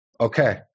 okay